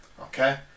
Okay